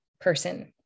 person